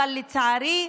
לצערי,